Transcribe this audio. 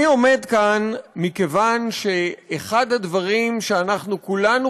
אני עומד כאן מכיוון שאחד הדברים שאנחנו כולנו